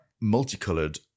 multicolored